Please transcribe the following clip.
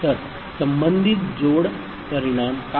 तर संबंधित जोड परिणाम काय असेल